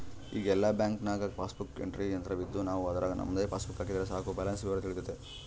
ಈಗ ಎಲ್ಲ ಬ್ಯಾಂಕ್ನಾಗ ಪಾಸ್ಬುಕ್ ಎಂಟ್ರಿ ಯಂತ್ರವಿದ್ದು ನಾವು ಅದರಾಗ ನಮ್ಮ ಪಾಸ್ಬುಕ್ ಹಾಕಿದರೆ ಸಾಕು ಬ್ಯಾಲೆನ್ಸ್ ವಿವರ ತಿಳಿತತೆ